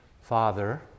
Father